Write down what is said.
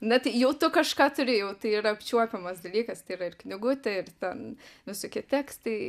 na tai jau tu kažką turi jau tai yra apčiuopiamas dalykas tai yra ir knygutė ir ten visokie tekstai